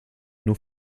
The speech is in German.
nur